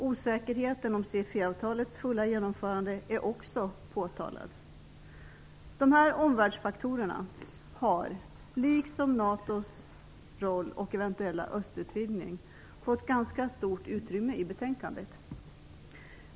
Osäkerheten om CFE-avtalets fulla genomförande är också påtalad. Dessa omvärldsfaktorer har, liksom NATO:s roll och eventuella östutvidgning, fått ganska stort utrymme i betänkandet.